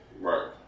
Right